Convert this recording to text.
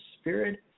spirit